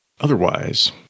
Otherwise